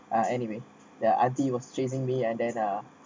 and anyway the auntie was chasing me and then uh